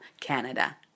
Canada